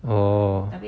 oh